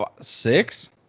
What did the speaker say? Six